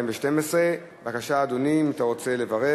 2012, בבקשה, אדוני, אם אתה רוצה לברך